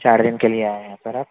چار دِن کے لیے آئیں ہیں سر آپ